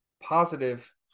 positive